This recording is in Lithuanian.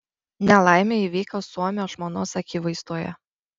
nelaimė įvyko suomio žmonos akivaizdoje